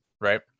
right